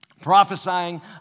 prophesying